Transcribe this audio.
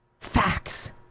Facts